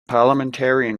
parliamentarian